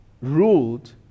ruled